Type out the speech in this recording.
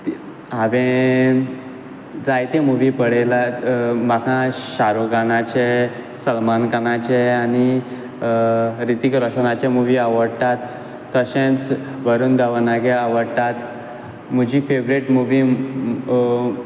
हांवें जायते मुवी पळयलात म्हाका शाहरुख खानाचे सलमान खानाचे आनी रितीक रोशनाचे मुवी आवडटात तशेंच वरून धावनागे आवडटात म्हजी फेवरेट मुवी